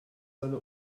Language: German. seine